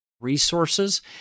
resources